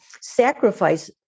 sacrifice